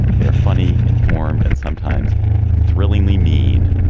they are funny informed and sometimes thrillingly mean.